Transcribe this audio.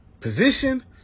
position